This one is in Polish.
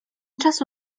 czasu